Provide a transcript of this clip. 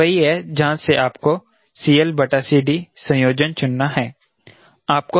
तो यह वही है जहां से आपको संयोजन चुनना है